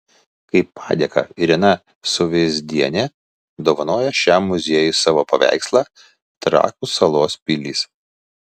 kaip padėką irena suveizdienė dovanojo šiam muziejui savo paveikslą trakų salos pilys